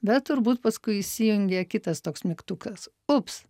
bet turbūt paskui įsijungia kitas toks mygtukas ups